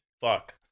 Fuck